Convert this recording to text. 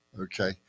Okay